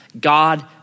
God